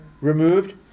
removed